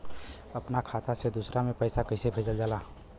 अपना खाता से दूसरा में पैसा कईसे भेजल जाला?